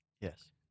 Yes